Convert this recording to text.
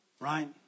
Right